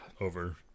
over